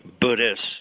Buddhist